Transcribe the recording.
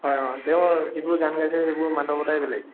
হয় অ' তেওঁ যিবোৰ গান গাইছিল সেইবোৰ বেলেগ